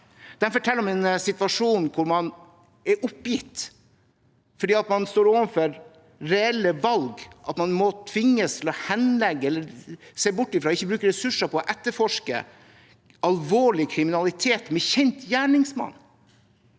De forteller om en situasjon hvor man er oppgitt fordi man står overfor reelle valg der man tvinges til å henlegge eller se bort fra og ikke bruke ressurser på å etterforske alvorlig kriminalitet med kjent gjerningsmann.